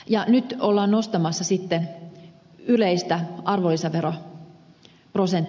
ja nyt ollaan nostamassa sitten yleistä arvonlisäveroprosenttia